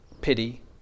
pity